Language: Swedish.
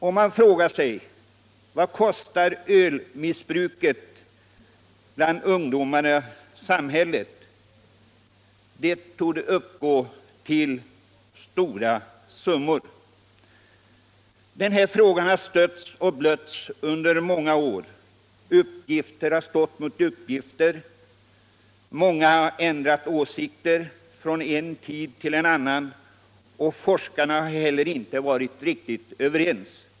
Och man frågar sig: Vad kostar ölmissbruket bland ungdomarna samhället? Det torde uppgå till stora summor. Den här frågan har stötts och blötts under många år, uppgift har stått mot uppgift, många har ändrat åsikt från en tid till annan och forskarna har heller inte varit riktigt överens.